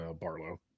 Barlow